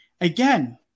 Again